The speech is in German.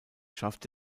schafft